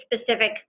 specific